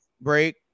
break